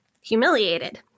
humiliated